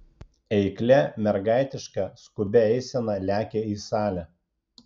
eiklia mergaitiška skubia eisena lekia į salę